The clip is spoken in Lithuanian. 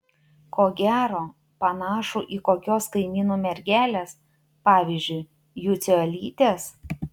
ko gero panašų į kokios kaimynų mergelės pavyzdžiui jucio elytės